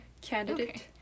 candidate